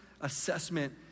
assessment